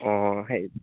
অ' সেই